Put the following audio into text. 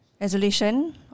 resolution